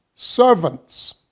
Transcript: Servants